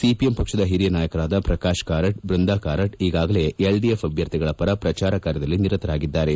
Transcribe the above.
CPM ಪಕ್ಷದ ಹಿರಿಯ ನಾಯಕರಾದ ಪ್ರಕಾಶ್ ಕಾರಟ್ ಬೃಂದಾ ಕಾರಟ್ ಈಗಾಗಲೆ ಎಲ್ಡಿಎಫ್ ಅಭ್ಯರ್ಥಿಗಳ ಪರ ಪ್ರಜಾರ ಕಾರ್ಯದಲ್ಲಿ ನಿರತಾಗಿದ್ದಾರೆ